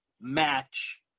match